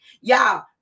Y'all